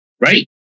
right